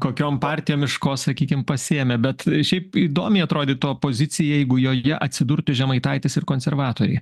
kokiom partijom iš ko sakykim pasiėmė bet šiaip įdomiai atrodytų opozicija jeigu joje atsidurtų žemaitaitis ir konservatoriai